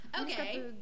Okay